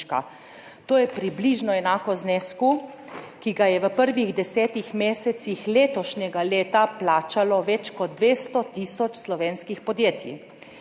To je približno enako znesku, ki ga je v prvih desetih mesecih letošnjega leta plačalo več kot 200 tisoč slovenskih podjetij.